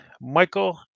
Michael